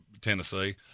tennessee